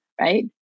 right